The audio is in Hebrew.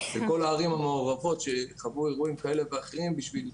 בכל הערים המעורבות שחוו אירועים כאלה ואחרים,